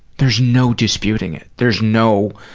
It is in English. there's no disputing it. there's no,